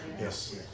Yes